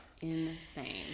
insane